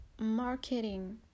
marketing